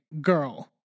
girl